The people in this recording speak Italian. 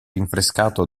rinfrescato